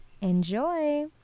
Enjoy